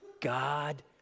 God